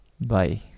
bye